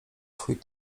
swój